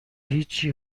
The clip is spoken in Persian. هیچی